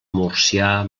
murcià